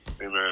Amen